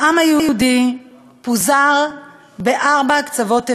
העם היהודי פוזר בארבע קצוות תבל,